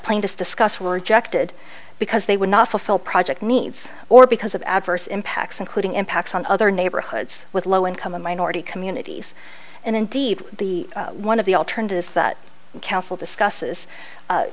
plaintiffs discuss were rejected because they would not fulfill project needs or because of adverse impacts including impacts on other neighborhoods with low income and minority communities and indeed the one of the alternatives that council discusses